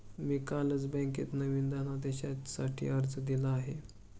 मी कालच बँकेत नवीन धनदेशासाठी अर्ज दिला आहे